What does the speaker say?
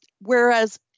Whereas